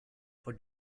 for